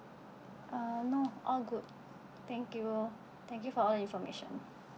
uh no all good thank you thank you for all information